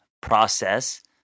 process